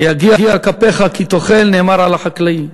"יגיע כפיך כי תאכל" נאמר על החקלאי.